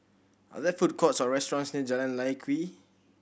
are there food courts or restaurants near Jalan Lye Kwee